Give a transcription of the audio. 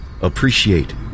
Appreciate